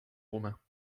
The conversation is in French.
romains